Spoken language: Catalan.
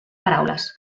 paraules